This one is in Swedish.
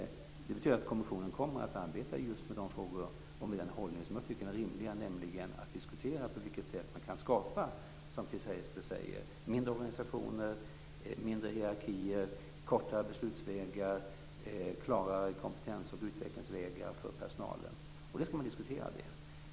Det betyder att kommissionen kommer att arbeta just med de frågor och med den hållning som jag tycker är rimliga. Det handlar då om att diskutera på vilket sätt man kan skapa, som Chris Heister säger, mindre organisationer, mindre hierarkier, kortare beslutsvägar och klarare kompetens och utvecklingsvägar för personalen. Det skall man alltså diskutera.